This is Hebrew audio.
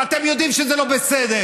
ואתם יודעים שזה לא בסדר.